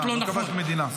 לא כבשנו מדינה.